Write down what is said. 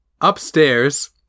Upstairs